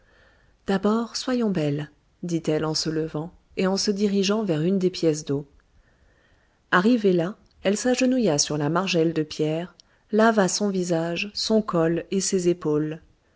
d'abord soyons belle dit-elle en se levant et en se dirigeant vers une des pièces d'eau arrivée là elle s'agenouilla sur la margelle de pierre lava son visage son col et ses épaules